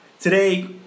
Today